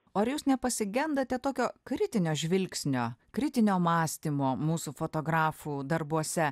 ar jūs nepasigendate tokio kritinio žvilgsnio kritinio mąstymo mūsų fotografų darbuose